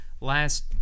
Last